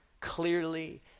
clearly